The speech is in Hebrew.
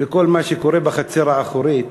וכל מה שקורה בחצר האחורית